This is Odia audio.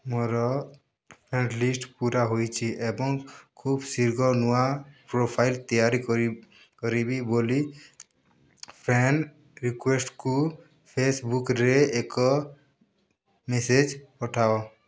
ମୋର ଫ୍ରେଣ୍ଡ ଲିଷ୍ଟ୍ ପୂରା ହୋଇଛି ଏବଂ ଖୁବ୍ ଶୀଘ୍ର ନୂଆ ପ୍ରୋଫାଇଲ୍ ତିଆରି କରିବ୍ କରିବି ବୋଲି ଫ୍ରେଣ୍ଡ ରିକ୍ୱେଷ୍ଟ୍କୁ ଫେସ୍ବୁକ୍ରେ ଏକ ମେସେଜ୍ ପଠାଅ